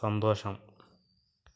സന്തോഷം